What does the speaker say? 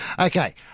Okay